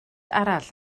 arall